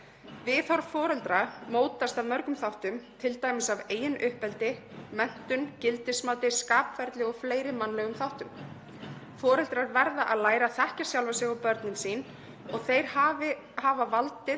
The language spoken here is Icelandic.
„Viðhorf foreldranna mótast af mörgum þáttum, t.d. af eigin uppeldi, menntun, gildismati, skapferli og fleiri mannlegum þáttum. Foreldrar verða að læra að þekkja sjálfa sig og börnin sín og þeir hafa valdið